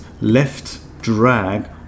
left-drag